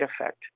effect